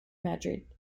madrid